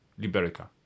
Liberica